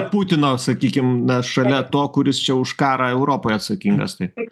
putino sakykim na šalia to kuris čia už karą europoj atsakingas taip